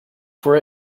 for